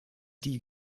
die